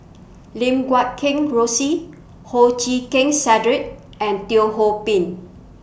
Lim Guat Kheng Rosie Hoo Chee Keng Cedric and Teo Ho Pin